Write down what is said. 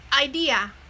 idea